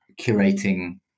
curating